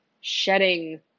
shedding